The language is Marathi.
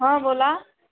हं बोला